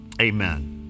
Amen